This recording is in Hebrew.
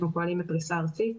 אנחנו פועלים בפריסה ארצית.